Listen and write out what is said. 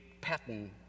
pattern